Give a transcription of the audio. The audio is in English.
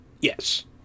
yes